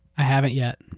i haven't yet.